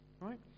right